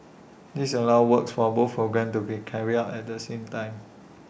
this allows works for both programmes to be carried out at the same time